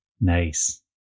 Nice